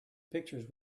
pictures